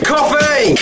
Coffee